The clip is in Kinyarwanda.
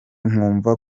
nkumva